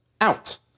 out